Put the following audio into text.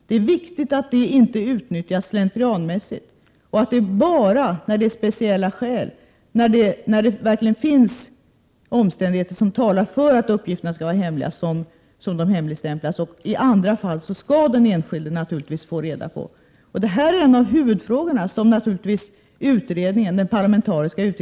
Det är viktigt att denna gränsdragning inte utnyttjas slentrianmässigt och att uppgifter hemligstämplas bara när det finns speciella skäl som talar för att uppgifterna måste vara hemliga. Annars skall den enskilde naturligtvis få del av uppgifterna. Detta är en av de huvudfrågor som den parlamentariska utredningen skall ägna sig åt.